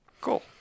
Cool